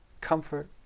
Comfort